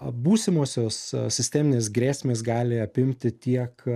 būsimosios sisteminės grėsmės gali apimti tiek